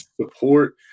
support